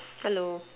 hello